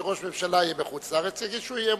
מעכשיו בכל פעם שראש ממשלה יהיה בחוץ-לארץ יגישו אי-אמון.